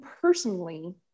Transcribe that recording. personally